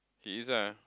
he is ah